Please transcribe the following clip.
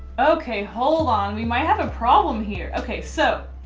okay, hold on we might have a problem here. okay, so,